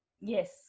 yes